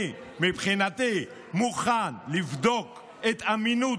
אני, מבחינתי, מוכן לבדוק את אמינות